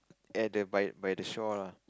at the by by the shore lah